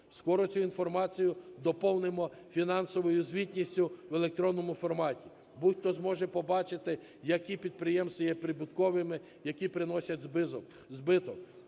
Скоро цю інформацію доповнимо фінансовою звітністю в електронному форматі. Будь-хто зможе побачити, які підприємства є прибутковими, які приносять збиток.